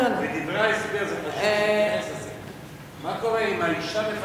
מה קורה אם אשה היא, לא, לא.